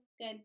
good